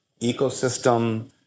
ecosystem